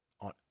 on